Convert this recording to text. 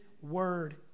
word